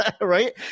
right